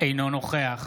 אינו נוכח